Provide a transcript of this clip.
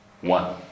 one